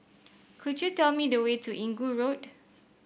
could you tell me the way to Inggu Road